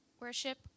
worship